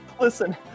Listen